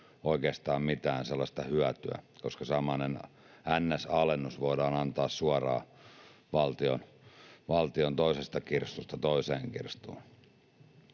oikeastaan mitään sellaista hyötyä, koska samainen ns. alennus voidaan antaa suoraan valtion toisesta kirstusta toiseen kirstuun.